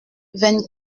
vingt